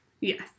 Yes